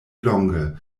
longe